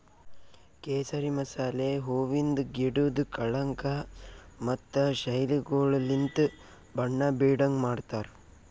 ಕೇಸರಿ ಮಸಾಲೆ ಹೂವಿಂದ್ ಗಿಡುದ್ ಕಳಂಕ ಮತ್ತ ಶೈಲಿಗೊಳಲಿಂತ್ ಬಣ್ಣ ಬೀಡಂಗ್ ಮಾಡ್ತಾರ್